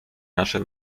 nasze